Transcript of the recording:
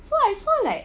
so I saw like